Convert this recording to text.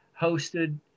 hosted